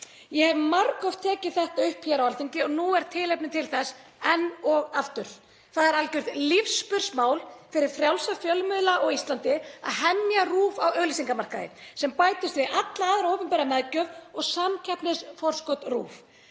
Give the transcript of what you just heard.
Ég hef margoft tekið þetta upp hér á Alþingi og nú er tilefni til þess enn og aftur. Það er algjört lífsspursmál fyrir frjálsa fjölmiðla á Íslandi að hemja RÚV á auglýsingamarkaði sem bætist við alla aðra opinbera meðgjöf og samkeppnisforskot RÚV.